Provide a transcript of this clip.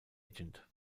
agent